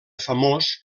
famós